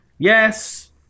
Yes